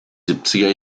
siebziger